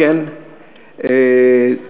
אנחנו